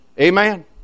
Amen